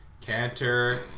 canter